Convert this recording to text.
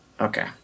Okay